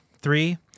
three